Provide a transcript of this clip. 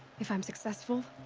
if i'm successful.